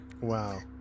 Wow